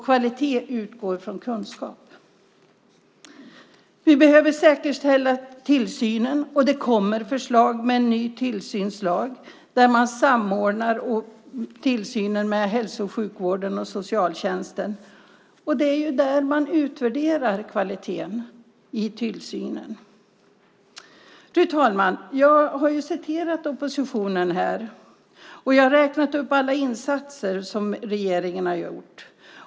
Kvalitet utgår från kunskap. Vi behöver säkerställa tillsynen. Det kommer förslag om en ny tillsynslag där tillsynen samordnas mellan hälso och sjukvården och socialtjänsten. Det är där man utvärderar kvaliteten i tillsynen. Fru talman! Jag har citerat från oppositionens reservationer och räknat upp alla de insatser som regeringen har gjort.